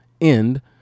end